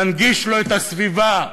להנגיש לו את הסביבה.